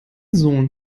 sohn